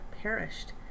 perished